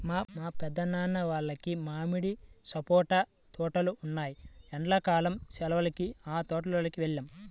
మా పెద్దనాన్న వాళ్లకి మామిడి, సపోటా తోటలు ఉన్నాయ్, ఎండ్లా కాలం సెలవులకి ఆ తోటల్లోకి వెళ్తాం